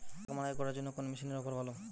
আখ মাড়াই করার জন্য কোন মেশিনের অফার ভালো?